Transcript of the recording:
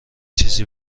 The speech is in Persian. چیزی